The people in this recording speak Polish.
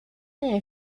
nie